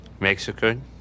Mexican